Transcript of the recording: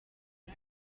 iyo